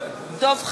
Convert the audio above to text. דב חנין,